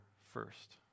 first